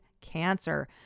cancer